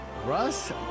Russ